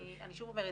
אני שוב אומרת,